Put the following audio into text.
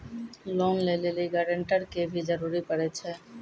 Loan लै लेली guarantor के भी जरूरी पड़ै छै?